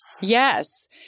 Yes